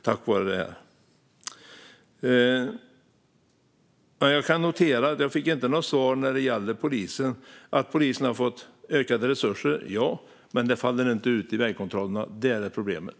Jag noterar att jag inte fick något svar när det gäller polisen. Ja, de har fått ökade resurser, men detta faller inte ut i vägkontrollerna. Det är problemet.